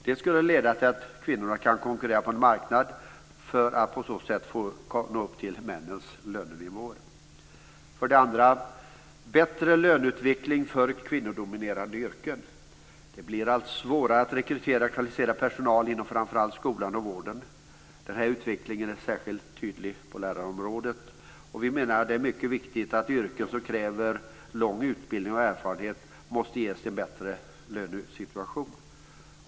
Det skulle leda till att kvinnorna kan konkurrera på en marknad, för att på så sätt nå upp till männens lönenivåer. För det andra: Bättre löneutveckling för kvinnodominerade yrken. Det blir allt svårare att rekrytera kvalificerad personal inom framför allt skolan och vården. Denna utveckling är särskilt tydlig på lärarområdet, och vi menar att det är mycket viktigt att kvinnor med yrken som kräver lång utbildning och erfarenhet måste ges en bättre lönesituation.